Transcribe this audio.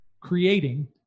creating